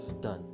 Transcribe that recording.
done